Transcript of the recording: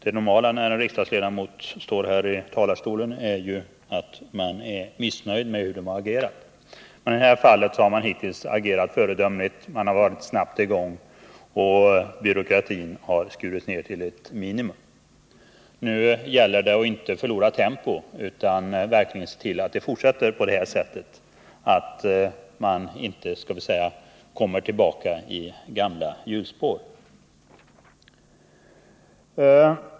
Det normala när en riksdagsledamot står här i talarstolen är ju att han eller hon är missnöjd med myndigheternas agerande. Men i det här fallet har myndigheterna alltså hittills agerat föredömligt. Man har snabbt satt in åtgärder. Byråkratin har skurits ned till ett minimum. Nu gäller det att inte förlora tempot. Man får verkligen se till att det fortsätter på det här sättet, så att man inte så att säga kommer tillbaka i de gamla hjulspåren.